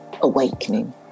awakening